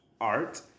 art